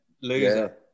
loser